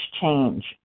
change